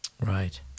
Right